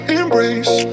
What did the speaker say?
embrace